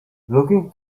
looking